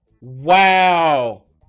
Wow